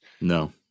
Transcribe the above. no